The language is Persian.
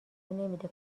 نمیده